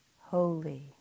holy